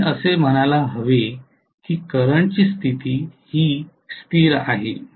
म्हणून मी असे म्हणायला हवे की करंट ची स्थिर स्थिती आहे